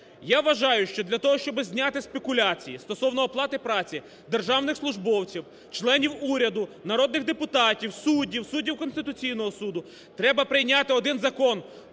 Я вважаю, що для того, щоби зняти спекуляції стосовно оплати праці державних службовців, членів уряду, народних депутатів, суддів, суддів Конституційного Суду треба прийняти один закон